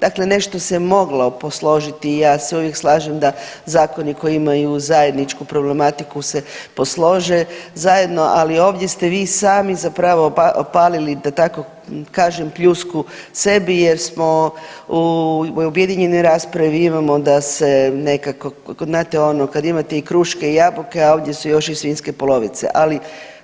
Dakle, nešto se moglo posložiti i ja se uvijek slažem da zakoni koji imaju zajedničku problematiku se poslože zajedno, ali ovdje ste vi sami zapravo opalili da tako kažem pljusku sebi jer smo u objedinjenoj raspravi imamo da se nekako znate ono kad imate i kruške i jabuke, a ovdje su još i svinjske polovice, ali